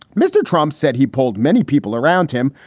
mr. trump said he pulled many people around him,